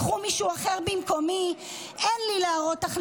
לקחו מישהו אחר במקומי, אין לי הכנסה להראות.